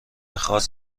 خاص